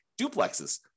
duplexes